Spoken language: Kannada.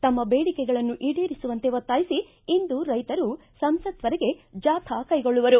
ತಮ್ಮ ಬೇಡಿಕೆಗಳನ್ನು ಈಡೇರಿಸುವಂತೆ ಒತ್ತಾಯಿಇ ಇಂದು ರೈತರು ಸಂಸತ್ ವರೆಗೆ ಜಾಥಾ ಕೈಗೊಳ್ಳುವರು